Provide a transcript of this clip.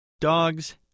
Dogs